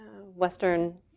Western